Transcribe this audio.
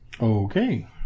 Okay